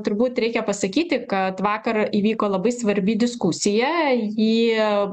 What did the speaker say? turbūt reikia pasakyti kad vakar įvyko labai svarbi diskusija jie